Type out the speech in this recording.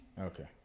Okay